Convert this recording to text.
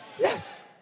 Yes